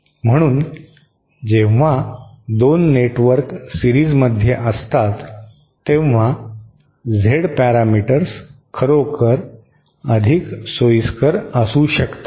म्हणून जेव्हा 2 नेटवर्क सिरीजमध्ये असतात तेव्हा झेड पॅरामीटर्स खरोखर अधिक सोयीस्कर असू शकतात